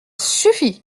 suffit